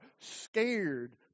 scared